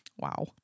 Wow